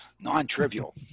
Non-trivial